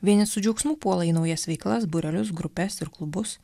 vieni su džiaugsmu puola į naujas veiklas būrelius grupes ir klubus